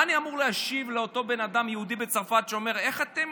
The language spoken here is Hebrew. מה אני אמור להשיב לאותו בן אדם יהודי בצרפת שאומר: איך אתם